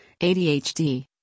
ADHD